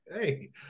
Hey